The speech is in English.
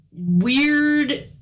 weird